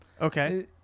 Okay